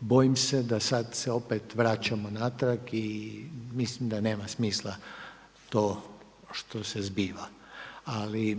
bojim se da sad se opet vraćamo natrag i mislim da nema smisla to što se zbiva. Ali